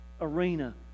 arena